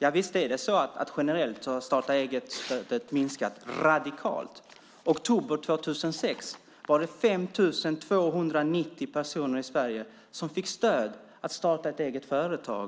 Generellt har starta-eget-stödet minskat radikalt. I oktober 2006 var det 5 290 personer i Sverige som fick stöd att starta eget företag.